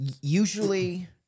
usually